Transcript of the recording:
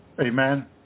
Amen